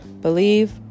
Believe